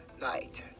night